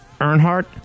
Earnhardt